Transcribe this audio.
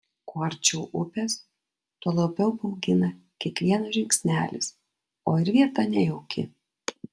kuo arčiau upės tuo labiau baugina kiekvienas žingsnelis o ir vieta nejauki